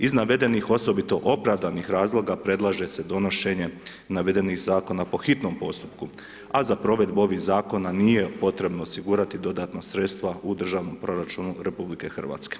Iz navedenih, osobito opravdanih razloga, predlaže se donošenje navedenih zakona po hitnom postupku, a za provedbu ovih zakona, nije potrebno osigurati dodatna sredstva u državnom proračunu RH.